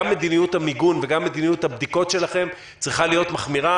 גם מדיניות המיגון וגם מדיניות הבדיקות שלכם צריכה להיות מחמירה